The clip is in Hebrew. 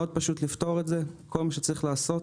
מאוד פשוט לפתור את זה, כל מה שצריך לעשות,